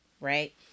right